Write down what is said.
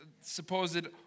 supposed